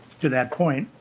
to that point